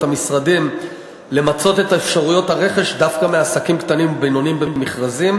המשרדים למצות את אפשרויות הרכש דווקא מעסקים קטנים ובינוניים במכרזים,